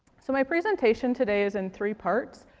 so my presentation today is in three parts.